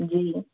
جی